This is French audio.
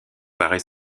paraît